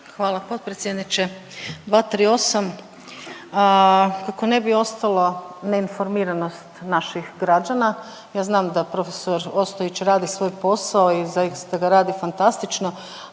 Hvala potpredsjedniče. 238. kako ne bi ostalo neinformiranost naših građana, ja znam da prof. Ostojić radi svoj posao i zaista ga radi fantastično,